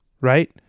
right